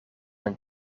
een